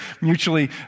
mutually